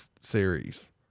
series